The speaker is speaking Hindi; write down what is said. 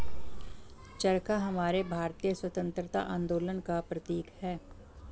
चरखा हमारे भारतीय स्वतंत्रता आंदोलन का प्रतीक है